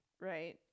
Right